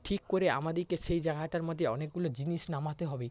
ঠিক করে আমাদেরকে সেই জায়গাটার মধ্যে অনেকগুলো জিনিস নামাতে হবে